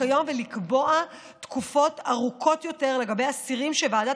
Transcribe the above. כיום ולקבוע תקופות ארוכות יותר לגבי האסירים שוועדת